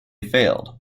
failed